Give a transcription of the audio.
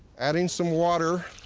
adding some water.